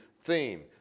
theme